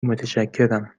متشکرم